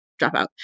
dropout